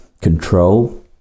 control